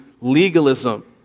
legalism